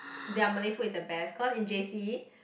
their Malay food is the best cause in j_c